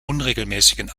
unregelmäßigen